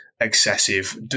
excessive